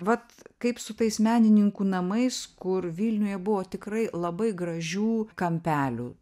vat kaip su tais menininkų namais kur vilniuje buvo tikrai labai gražių kampelių